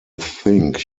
think